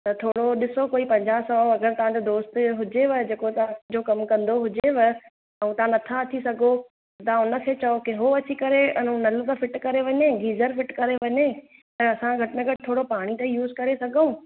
त थोरो ॾिसो कोई पंजाह सौ अगरि तव्हां जो दोस्त हुजेव जेको तव्हां जो कमु कंदो हुजेव ऐं तव्हां नथा अची सघो तव्हां हुनखे चओ की हो अची करे ऐं नल त फिट करे वञे गीज़र फिट करे वञे त असां घटि में घटि पाणी त यूज करे सघूं